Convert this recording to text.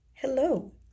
Hello